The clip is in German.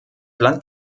land